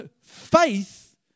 Faith